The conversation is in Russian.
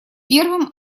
первым